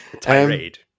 Tirade